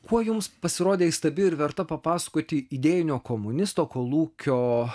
kuo jums pasirodė įstabi ir verta papasakoti idėjinio komunisto kolūkio